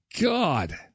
God